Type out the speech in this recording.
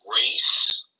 race